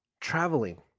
traveling